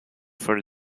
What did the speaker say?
for